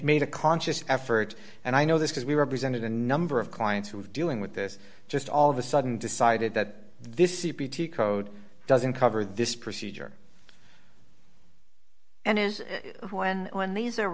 made a conscious effort and i know this because we represented a number of clients who of dealing with this just all of a sudden decided that this c p t code doesn't cover this procedure and is when when these are